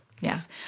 yes